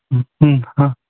हाँ